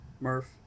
Murph